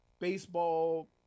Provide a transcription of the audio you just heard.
baseball